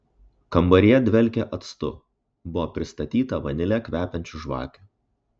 kambaryje dvelkė actu buvo pristatyta vanile kvepiančių žvakių